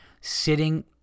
sitting